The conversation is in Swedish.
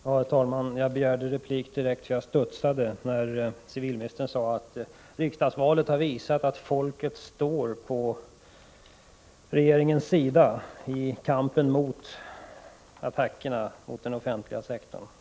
Herr talman! Jag begärde replik direkt, för jag studsade när civilministern sade att riksdagsvalet har visat att folket står på regeringens sida i kampen mot attackerna mot den offentliga sektorn.